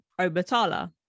Obatala